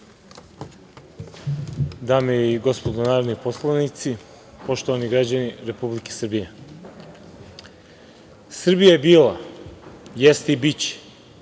i gospodo narodni poslanici, poštovani građani Republike Srbije, Srbija je bila, jeste i biće